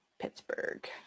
Pittsburgh